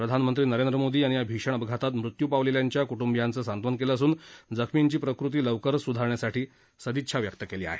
प्रधानमंत्री नरेंद्र मोदी यांनी या भीषण अपघातात मृत्यू पावलेल्यांच्या क्ट्ंबियाचं सांत्वन केलं असून जखमींची प्रकृती लवकरच स्धारण्यासाठी सदिच्छा व्यक्त केली आहे